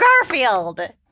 Garfield